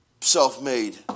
self-made